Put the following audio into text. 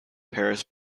paris